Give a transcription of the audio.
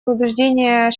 повреждения